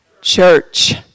church